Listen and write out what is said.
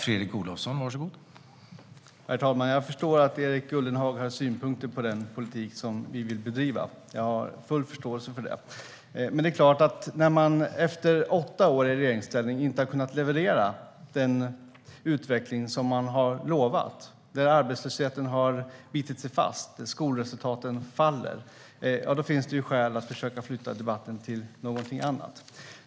Herr talman! Jag förstår att Erik Ullenhag har synpunkter på den politik som vi vill bedriva. Jag har full förståelse för det. När man efter åtta år i regeringsställning inte har kunnat leverera den utveckling som man har utlovat, när arbetslösheten har bitit sig fast och skolresultaten faller, då finns det skäl att flytta debatten över till någonting annat.